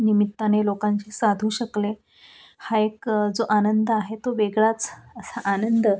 निमित्ताने लोकांशी साधू शकले हा एक जो आनंद आहे तो वेगळाच असा आनंद